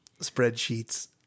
spreadsheets